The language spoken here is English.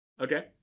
Okay